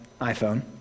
iphone